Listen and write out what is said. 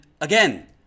again